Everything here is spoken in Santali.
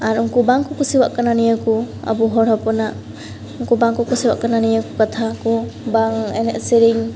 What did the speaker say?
ᱟᱨ ᱩᱱᱠᱚ ᱵᱟᱠᱚ ᱠᱩᱥᱤᱣᱟᱜ ᱠᱟᱱᱟ ᱱᱤᱭᱟᱹᱠᱚ ᱟᱵᱚ ᱦᱚᱲ ᱦᱚᱯᱚᱱᱟᱜ ᱩᱝᱠᱚ ᱵᱟᱝᱠᱚ ᱠᱩᱥᱤᱣᱟᱜ ᱠᱟᱱᱟ ᱱᱤᱭᱟᱹᱠᱚ ᱠᱟᱛᱷᱟ ᱠᱚ ᱵᱟᱝ ᱮᱱᱮᱡᱼᱥᱮᱨᱮᱧ